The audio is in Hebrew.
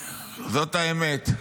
זאת האמת.